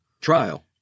trial